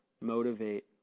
motivate